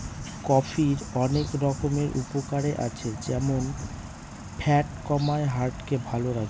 কফির অনেক রকমের উপকারে আছে যেমন ফ্যাট কমায়, হার্ট কে ভালো করে